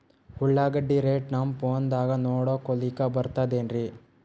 ಉಳ್ಳಾಗಡ್ಡಿ ರೇಟ್ ನಮ್ ಫೋನದಾಗ ನೋಡಕೊಲಿಕ ಬರತದೆನ್ರಿ?